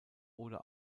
oder